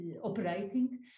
operating